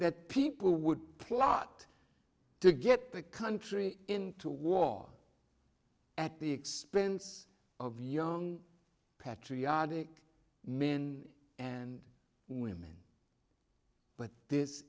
that people would plot to get the country into war at the expense of young petrie arctic min and women but this